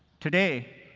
today,